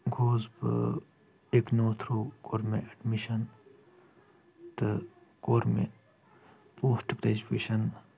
گوس بہٕ IGNOU through کوٚر مےٚ اٮ۪ڈمشن تہٕ کوٚر مےٚ پوسٹ گریجویشن